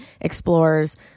explores